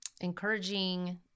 encouraging